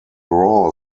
raw